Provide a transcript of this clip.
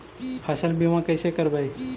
फसल बीमा कैसे करबइ?